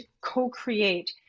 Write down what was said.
co-create